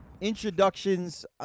introductions